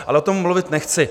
Ale o tom mluvit nechci.